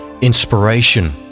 inspiration